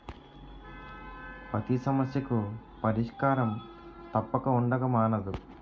పతి సమస్యకు పరిష్కారం తప్పక ఉండక మానదు